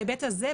בהיבט הזה,